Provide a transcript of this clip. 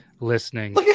listening